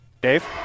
Dave